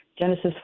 Genesis